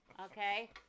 okay